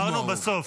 אמרנו בסוף.